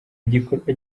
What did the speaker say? gikorwa